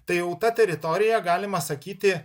tai jau ta teritorija galima sakyti